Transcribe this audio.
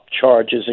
charges